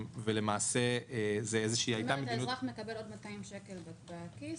ולמעשה הייתה מדיניות --- זאת אומרת האזרח מקבל עוד 200 שקל לכיס,